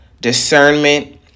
discernment